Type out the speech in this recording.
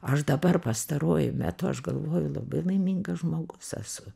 aš dabar pastaruoju metu aš galvoju labai laimingas žmogus esu